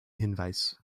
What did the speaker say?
hinweis